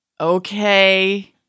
okay